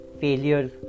failure